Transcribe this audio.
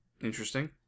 Interesting